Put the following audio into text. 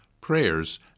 prayers